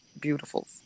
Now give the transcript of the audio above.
Beautiful